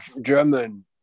German